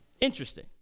Interesting